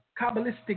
Kabbalistic